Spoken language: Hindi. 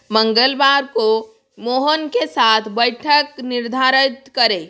मंगलवार को मोहन के साथ बैठक निर्धारित करें